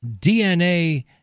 dna